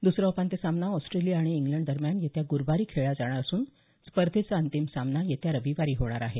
दुसरा उपांत्य सामना ऑस्ट्रेलिया आणि इंग्लंड दरम्यान येत्या गुरुवारी खेळला जाणार असून स्पर्धेचा अंतिम सामना येत्या रविवारी होणार आहे